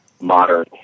modern